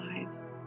lives